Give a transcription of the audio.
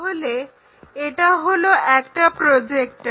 তাহলে এটা হলো একটা প্রজেক্টর